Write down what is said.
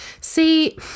See